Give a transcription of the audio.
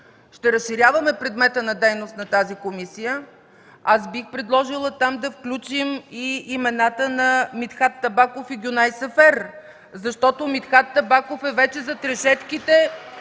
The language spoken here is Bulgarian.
ще разширяваме предмета на дейност на тази комисия, аз бих предложила там да включим и имената на Митхат Табаков и Гюнай Сефер, защото Митхат Табаков вече е зад решетките